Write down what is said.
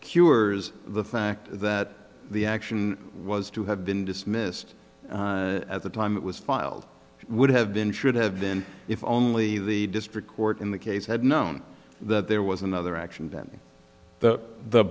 cures the fact that the action was to have been dismissed at the time it was filed would have been should have been if only the district court in the case had known that there was another action that the